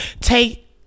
take